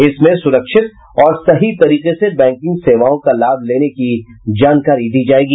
इसमें सुरक्षित और सही तरीके से बैंकिंग सेवाओं का लाभ लेने की जानकारी दी जायेगी